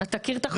תכיר את החוק.